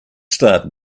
start